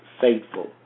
faithful